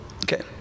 Okay